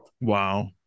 wow